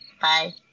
Bye